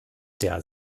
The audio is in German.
der